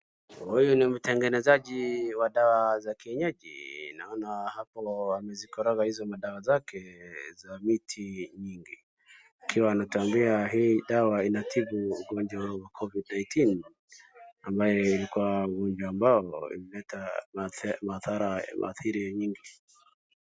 Huyu ni mtengenezaji wa dawa za kienyeji. Naona hapo amezikoroga hizo madawa zake za miti nyingi. Akiwa anatuambia hii dawa inatibu ugonjwa wa COVID-19 , ambaye ilikuwa ugonjwa ambao ilileta madhara, maathiri nyingi.